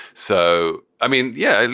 so, i mean. yeah.